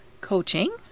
Coaching